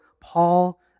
Paul